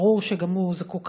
ברור שגם הוא זקוק,